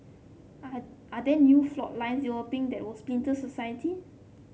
are are there new flour lines your been that will splinter society